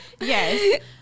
yes